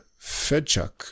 Fedchuk